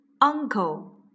Uncle